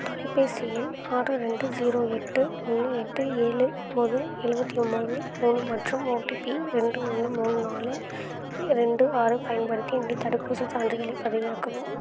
தொலைபேசி எண் ஆறு ரெண்டு ஸீரோ எட்டு ஒன்று எட்டு ஏழு ஒன்போது எழுவத்தி ஒன்போது மூணு மற்றும் ஓடிபி ரெண்டு ஒன்று மூணு நாலு இ ரெண்டு ஆறு பயன்படுத்தி என்னுடைய தடுப்பூசிச் சான்றிதழைப் பதிவிறக்கவும்